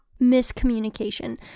miscommunication